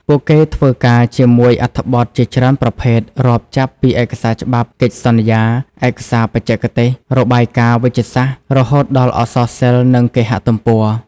ពួកគេធ្វើការជាមួយអត្ថបទជាច្រើនប្រភេទ រាប់ចាប់ពីឯកសារច្បាប់ កិច្ចសន្យា ឯកសារបច្ចេកទេស របាយការណ៍វេជ្ជសាស្ត្រ រហូតដល់អក្សរសិល្ប៍ និងគេហទំព័រ។